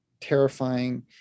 terrifying